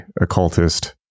occultist